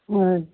اَہَن حظ